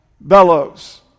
bellows